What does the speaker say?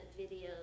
videos